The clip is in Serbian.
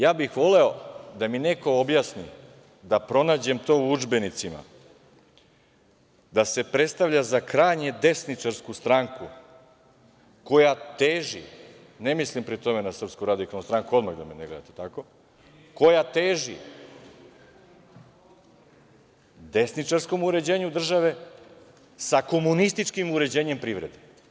Ja bih voleo da mi neko objasni, da pronađem to u udžbenicima, da se predstavlja za krajnje desničarsku stranku koja teži, ne mislim pri tome na SRS, da me ne gledate tako, desničarskom uređenju države sa komunističkim uređenjem privrede.